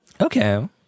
Okay